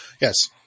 yes